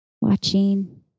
Watching